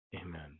amen